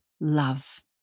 love